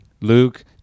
luke